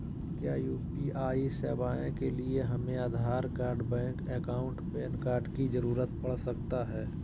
क्या यू.पी.आई सेवाएं के लिए हमें Aadhaar card bank account PAN card की जरूरत पड़ सकता है?